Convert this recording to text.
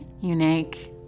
unique